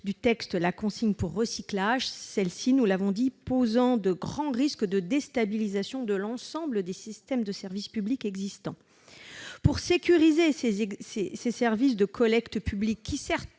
du texte la consigne pour recyclage, celle-ci, nous l'avons dit, risquant grandement de déstabiliser l'ensemble des systèmes de service public existants. Pour sécuriser ces services de collecte publics, certes